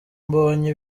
mbonye